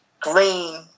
green